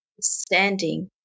standing